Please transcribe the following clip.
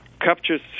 captures